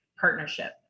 partnership